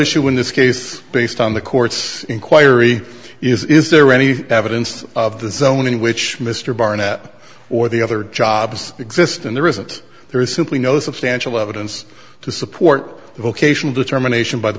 issue in this case based on the court's inquiry is is there any evidence of the zone in which mr barnett or the other jobs exist and there isn't there is simply no substantial evidence to support the vocational determination by the